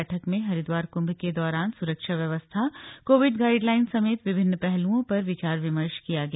बैठक में हरिद्वार कुम्भ के दौरान सुरक्षा व्यवस्था कोविड गाइडलाइन समेत विभिन्न पहलुओं पर विचार विमर्श किया गया